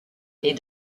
est